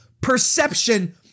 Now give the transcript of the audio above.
perception